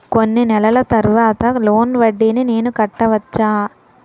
కొన్ని నెలల తర్వాత లోన్ వడ్డీని నేను కట్టవచ్చా?